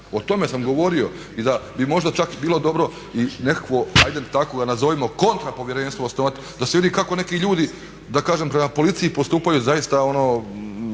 O tome sam govorio i da bi možda čak bilo dobro i nekakvo, ajde tako ga nazovimo kontra povjerenstvo osnovati da se vidi kako neki ljudi da kažem prema policiji postupaju zaista